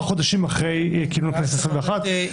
חודשים אחרי כינוס הכנסת העשרים ואחת.